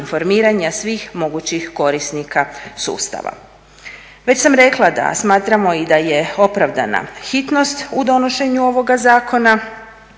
svih mogućih korisnika sustava. Već sam rekla da smatramo i da je opravdana hitnost u donošenju ovoga zakona,